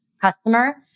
customer